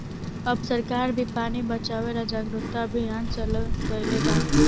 अब सरकार भी पानी बचावे ला जागरूकता अभियान चालू कईले बा